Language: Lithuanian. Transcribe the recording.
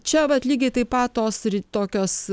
čia vat lygiai taip pat tos ri tokios